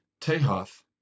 Tehath